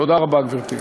תודה רבה, גברתי.